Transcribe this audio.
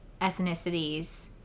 ethnicities